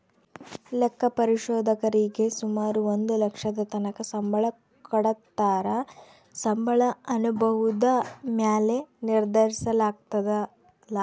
ಲೆಕ್ಕ ಪರಿಶೋಧಕರೀಗೆ ಸುಮಾರು ಒಂದು ಲಕ್ಷದತಕನ ಸಂಬಳ ಕೊಡತ್ತಾರ, ಸಂಬಳ ಅನುಭವುದ ಮ್ಯಾಲೆ ನಿರ್ಧರಿಸಲಾಗ್ತತೆ